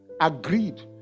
agreed